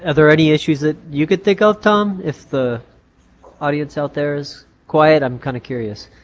ah there any issues that you could think of, tom, if the audience out there is quiet, i'm kind of curious.